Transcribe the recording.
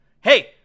Hey